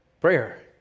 prayer